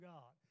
God